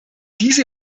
diese